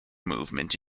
movement